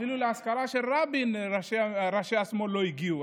אפילו לאזכרה של רבין ראשי השמאל לא הגיעו.